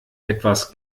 etwas